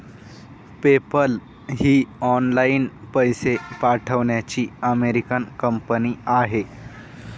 PayPal ही online पैसे पाठवण्याची अमेरिकन कंपनी आहे